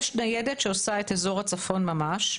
יש ניידת שעושה את אזור הצפון ממש.